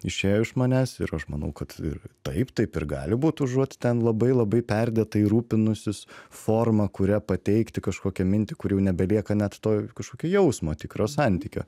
išėjo iš manęs ir aš manau kad ir taip taip ir gali būt užuot ten labai labai perdėtai rūpinusis forma kuria pateikti kažkokią mintį kur jau nebelieka net to kažkokio jausmo tikro santykio